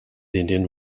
indian